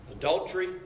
Adultery